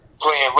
playing